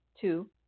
Two